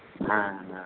হ্যাঁ হ্যাঁ